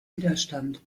widerstand